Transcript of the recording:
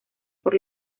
por